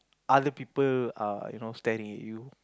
other people are you know staring at you